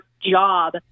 job